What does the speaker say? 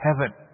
heaven